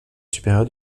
supérieur